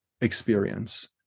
experience